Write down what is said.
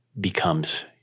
becomes